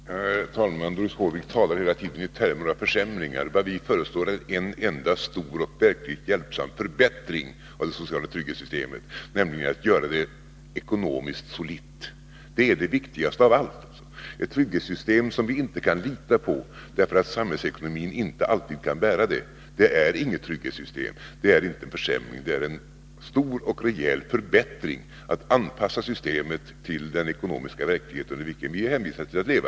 Herr talman! Doris Håvik talar hela tiden i termer av försämringar. Vad vi föreslår är en enda stor och verkligt effektiv förbättring av det sociala trygghetssystemet, nämligen att det skall göras ekonomiskt solitt. Det är det viktigaste av allt. Ett trygghetssystem som vi inte kan lita på därför att samhällsekonomin inte alltid kan bära det är inget trygghetssystem. Det är ingen försämring, utan en stor och rejäl förbättring, att anpassa systemet till den ekonomiska verklighet under vilken vi är hänvisade till att leva.